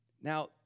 Now